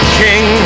king